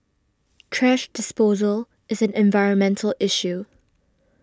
thrash disposal is an environmental issue